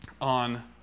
on